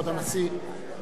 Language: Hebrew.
(הישיבה נפסקה בשעה 17:47 ונתחדשה בשעה 17:49.)